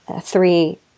three